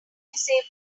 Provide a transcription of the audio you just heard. disabled